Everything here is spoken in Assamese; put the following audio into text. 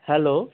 হেল্ল'